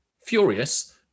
Furious